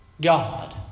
God